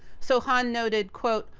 so, hahn noted, quote,